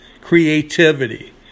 Creativity